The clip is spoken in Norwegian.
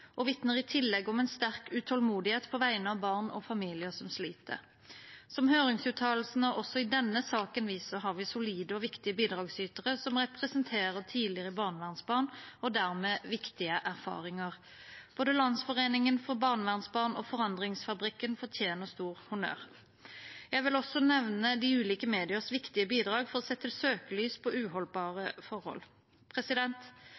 det vitner i tillegg om en sterk utålmodighet på vegne av barn og familier som sliter. Som høringsuttalelsene også i denne saken viser, har vi solide og viktige bidragsytere som representerer tidligere barnevernsbarn og dermed viktige erfaringer. Både Landsforeningen for barnevernsbarn og Forandringsfabrikken fortjener stor honnør. Jeg vil også nevne de ulike mediers viktige bidrag for å sette søkelyset på uholdbare